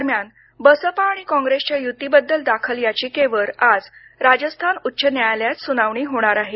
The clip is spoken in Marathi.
दरम्यान बसपा आणि कॉग्रेसच्या युतीबद्दल दाखल याचिकेवर आज राजस्थान उच्च न्यायालयात सुनावणी होणार आहे